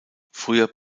früher